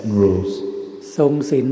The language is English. rules